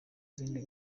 zindi